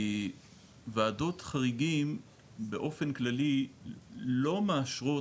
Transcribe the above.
וועדות חריגים באופן כללי הן לא מאשרות